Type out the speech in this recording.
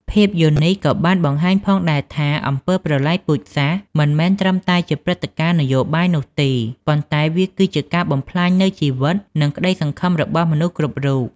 ភាពយន្តនេះក៏បានបង្ហាញផងដែរថា អំពើប្រល័យពូជសាសន៍មិនមែនត្រឹមតែជាព្រឹត្តិការណ៍នយោបាយនោះទេ ប៉ុន្តែវាគឺជាការបំផ្លាញនូវជីវិត និងក្ដីសង្ឃឹមរបស់មនុស្សគ្រប់រូប។